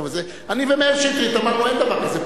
אני ומאיר שטרית אמרנו: אין דבר כזה,